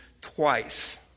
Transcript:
twice